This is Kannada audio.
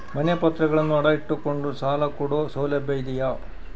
ಮನೆ ಪತ್ರಗಳನ್ನು ಅಡ ಇಟ್ಟು ಕೊಂಡು ಸಾಲ ಕೊಡೋ ಸೌಲಭ್ಯ ಇದಿಯಾ?